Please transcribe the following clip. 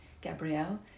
Gabrielle